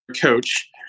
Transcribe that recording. coach